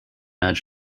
edge